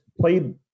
played